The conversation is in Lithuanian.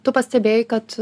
tu pastebėjai kad